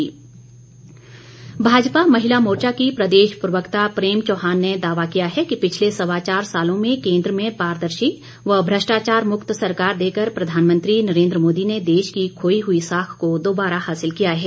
भाजपा महिला भाजपा महिला मोर्चा की प्रदेश प्रवक्ता प्रेम चौहान ने दावा किया है कि पिछले सवा चार सालों में केंद्र में पारदर्शी व भ्रष्टाचार मुक्त सरकार देकर प्रधानमंत्री नरेन्द्र मोदी ने देश की खोई हुई साख को दोबारा हासिल किया है